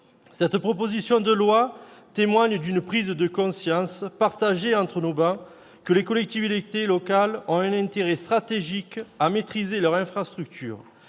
Cette proposition de loi témoigne d'une prise de conscience, partagée sur toutes nos travées, que les collectivités locales ont un intérêt stratégique à maîtriser leurs infrastructures.